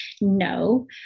no